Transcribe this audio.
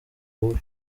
bubi